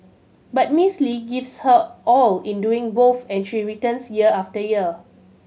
but Miss Lee gives her all in doing both and she returns year after year